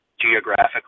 geographically